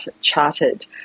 chartered